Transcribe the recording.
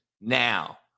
Now